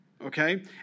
okay